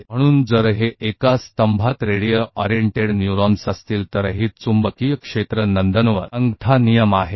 तो अगर ये एक कॉलम में रेडियल रूप से उन्मुख न्यूरॉन्स हैं तो यह magnetic field paradise thumb rule है